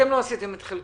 אתם לא עשיתם את חלקכם.